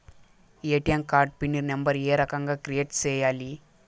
ATM card PIN number ఏ రకంగా create సేయాలి